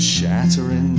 Shattering